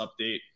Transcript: update